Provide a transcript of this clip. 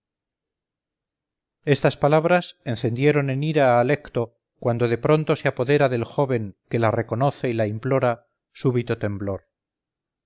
estas palabras encendieron en ira a alecto cuando de pronto se apodera del joven que la reconoce y la implora súbito temblor